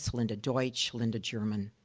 so linda deutsch, linda german.